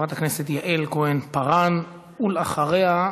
חברת הכנסת יעל כהן-פארן, ואחריה,